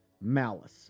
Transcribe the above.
Malice